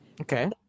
Okay